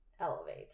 elevate